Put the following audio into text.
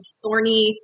thorny